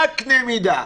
מה הקנה מידה?